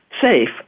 safe